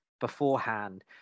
beforehand